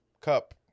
Cup